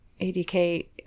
adk